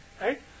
right